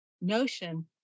notion